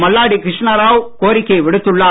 மல்லாடி கிருஷ்ணாராவ் கோரிக்கை விடுத்துள்ளார்